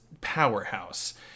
powerhouse